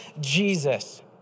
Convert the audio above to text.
Jesus